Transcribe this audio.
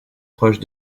proche